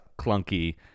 clunky